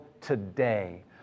today